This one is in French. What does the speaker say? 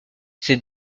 ces